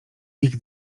ich